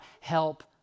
help